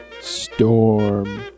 storm